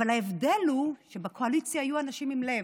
אבל ההבדל הוא שבקואליציה היו אנשים עם לב,